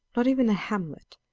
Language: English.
nor even a hamlet,